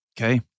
Okay